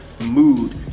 mood